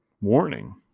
warning